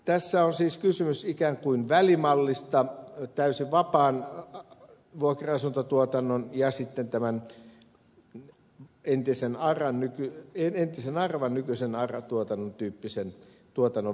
tässä on siis kysymys ikään kuin välimallista täysin vapaan vuokra asuntotuotannon ja sitten tämän entisen aravan nykyisen ara tuotannon tyyppisen tuotannon välissä